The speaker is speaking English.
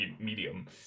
medium